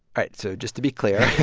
right. so just to be clear.